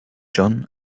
john